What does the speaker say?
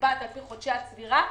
שנקבעת לפי חודשי הצבירה,